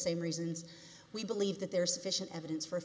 same reasons we believe that there is sufficient evidence for